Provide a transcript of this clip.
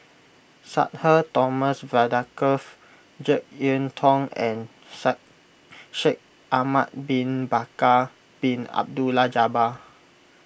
Sudhir Thomas Vadaketh Jek Yeun Thong and Shaikh Ahmad Bin Bakar Bin Abdullah Jabbar